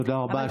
תודה רבה.